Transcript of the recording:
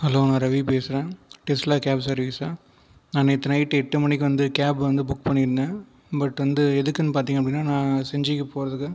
hello நான் ரவி பேசுகிறேன் Tesla cab சர்விஸா நான் நேற்று நைட்டு எட்டு மணிக்கு வந்து கேப் வந்து புக் பண்ணியிருந்தேன் பட் வந்து எதுக்குன்னு பார்த்தீங்க அப்படின்னா நான் செஞ்சிக்கு போகிறதுக்கு